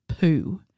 poo